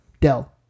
Dell